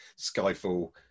Skyfall